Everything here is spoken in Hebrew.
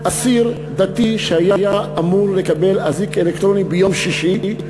אסיר דתי שהיה אמור לקבל אזיק אלקטרוני ביום שישי,